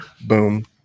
boom